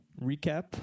recap